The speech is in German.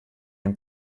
den